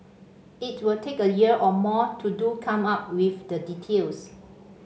it will take a year or more to do come up with the details